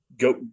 go